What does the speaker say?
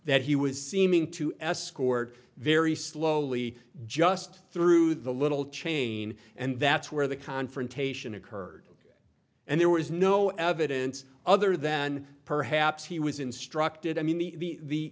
that he was seeming to escort very slowly just through the little chain and that's where the confrontation occurred and there was no evidence other than perhaps he was instructed i mean the